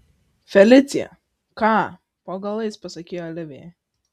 felicija ką po galais pasakei olivijai